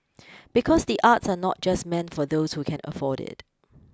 because the arts are not just meant for those who can afford it